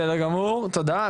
בסדר גמור, תודה.